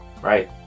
right